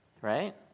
right